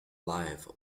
live